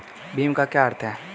भीम का क्या अर्थ है?